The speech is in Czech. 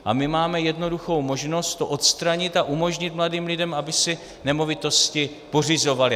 A my máme jednoduchou možnost to odstranit a umožnit mladým lidem, aby si nemovitosti pořizovali.